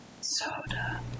Soda